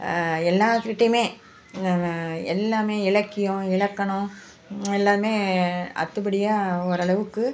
எல்லாேர்க்கிட்டையுமே நம்ம எல்லாமே இலக்கியம் இலக்கணம் எல்லாமே அத்துப்படியாக ஓரளவுக்கு